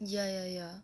ya ya ya